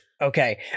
Okay